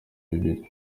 bibiri